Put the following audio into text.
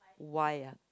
why ah